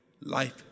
life